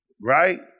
Right